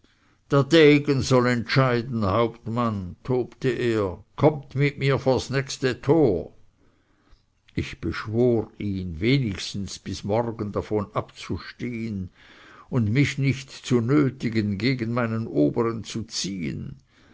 degen soll entscheiden hauptmann tobte er kommt mit mir vors nächste tor ich beschwor ihn wenigstens bis morgen davon abzustehen und mich nicht zu nötigen gegen meinen obern zu ziehen